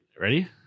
ready